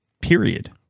period